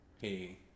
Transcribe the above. hey